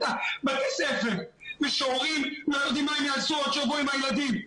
בתי הספר ושהורים לא יודעים מה הם יעשו עוד שבוע עם הילדים.